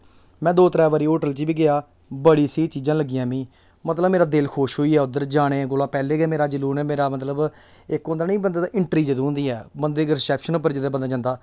में दो त्रै बारी होटल च बी गेआ बड़ी स्हेई चीज़ां लग्गियां मिगी मतलब मेरा दिल खुश होइया उद्धर जाने कोला पैह्लें गै उ'नें मेरा मतलब इक होंदा ना बंदे दी एंट्री जदों होंदी ऐ बंदा अगर रिसेप्शन उप्पर बंदा जेल्लै जंदा